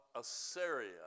Assyria